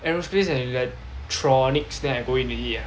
aerospace and electronics then I go in already ya